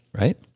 right